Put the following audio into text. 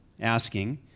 asking